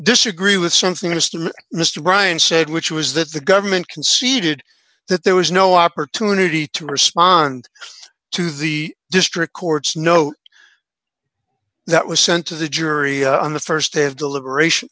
disagree with something honestly mr ryan said which was that the government conceded that there was no opportunity to respond to the district courts no that was sent to the jury on the st day of deliberation